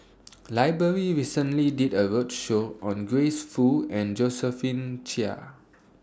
Library recently did A roadshow on Grace Fu and Josephine Chia